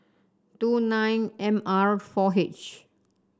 two nine M R four H